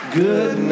good